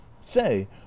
say